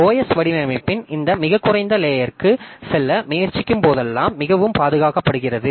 OS வடிவமைப்பின் இந்த மிகக் குறைந்த லேயர்க்கு செல்ல முயற்சிக்கும்போதெல்லாம் மிகவும் பாதுகாக்கப்படுகின்றது